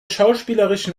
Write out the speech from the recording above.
schauspielerischen